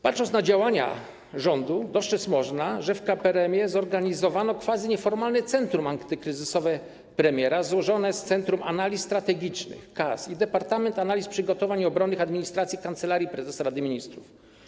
Patrząc na działania rządu, dostrzec można, że w KPRM-ie zorganizowano quasi-nieformalne centrum antykryzysowe premiera złożone z Centrum Analiz Strategicznych - CAS i Departamentu Analiz Przygotowań Obronnych Administracji Kancelarii Prezesa Rady Ministrów.